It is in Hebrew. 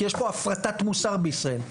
כי יש פה הפרטת מוסר בישראל.